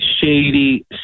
shady